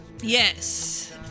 Yes